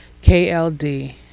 KLD